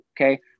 Okay